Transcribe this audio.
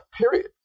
period